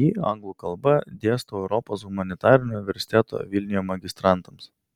jį anglų kalba dėstau europos humanitarinio universiteto vilniuje magistrantams